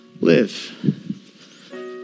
live